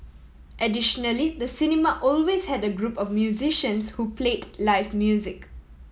additionally the cinema always had a group of musicians who played live music